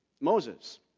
Moses